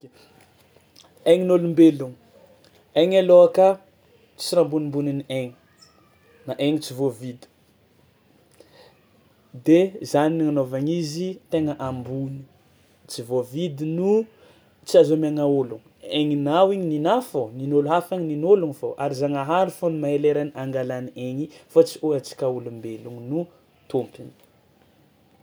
Agnin'ôlombelogno, aigna alôhaka tsisy raha ambonimbonin'ny aigna, na aigna tsy voavidy de zany nagnanaovagna izy tegna ambony tsy voavidy no tsy azo amiagna ôlogno, agninao igny ninà fao nin'ôlo hafa nin'ôlogno fao ary zagnahary fao no mahay leran'ny angalainy aigna i fa tsy ho antsika ôlombelogno no tompiny.